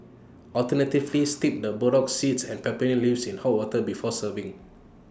alternatively steep the burdock seeds and peppermint leaves in hot water before serving